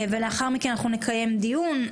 ולאחר מכן נקיים דיון.